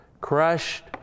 Crushed